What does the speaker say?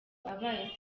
abaye